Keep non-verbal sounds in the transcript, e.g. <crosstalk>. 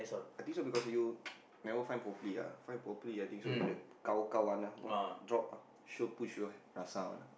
I think so because you <noise> never find properly ah find properly I think so if the kaw kaw one ah !wah! drop ah sure push you rasa one ah